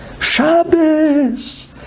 Shabbos